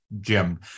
Jim